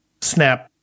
snap